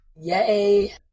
Yay